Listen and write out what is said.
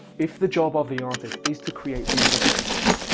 if the job of the artist is to create beautiful things